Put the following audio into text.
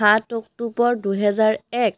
সাত অক্টোবৰ দুহেজাৰ এক